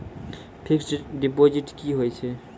Fixed deposit की होय छै?